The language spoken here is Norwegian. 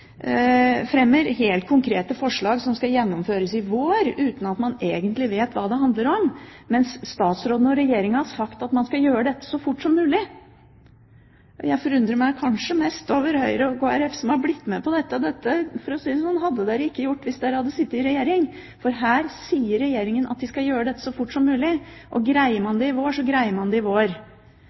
helt konkrete forslag som skal gjennomføres i vår – uten at man egentlig vet hva det handler om! Statsråden og Regjeringen har sagt at man skal gjøre dette så fort som mulig. Jeg er kanskje mest forundret over Høyre og Kristelig Folkeparti som har blitt med på dette. Dette hadde de ikke gjort hvis de hadde sittet i regjering, for her sier Regjeringen at den skal gjøre det så fort som mulig: Greier man det i vår, så greier man det i vår.